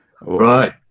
Right